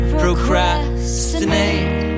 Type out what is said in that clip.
procrastinate